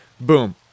boom